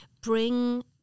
bring